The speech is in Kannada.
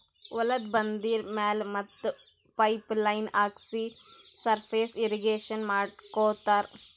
ಹೊಲ್ದ ಬಂದರಿ ಮ್ಯಾಲ್ ಮತ್ತ್ ಪೈಪ್ ಲೈನ್ ಹಾಕ್ಸಿ ಸರ್ಫೇಸ್ ಇರ್ರೀಗೇಷನ್ ಮಾಡ್ಕೋತ್ತಾರ್